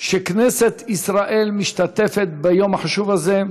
שכנסת ישראל משתתפת ביום החשוב הזה,